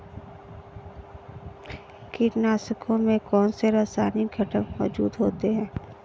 कीटनाशकों में कौनसे रासायनिक घटक मौजूद होते हैं?